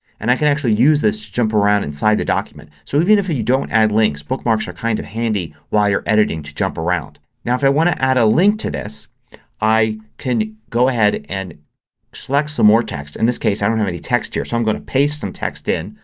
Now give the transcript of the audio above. and i can actually use this to jump around inside the document. so even if you don't add links bookmarks are kind of handy while you're editing to jump around. if i want to add a link to this i can go ahead and select some more text. in this case i don't have any text here so i'm going to paste some text in.